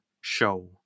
show